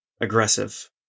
aggressive